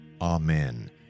Amen